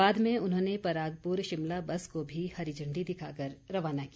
बाद में उन्होंने परागपुर शिमला बस को भी हरी झंडी दिखाकर रवाना किया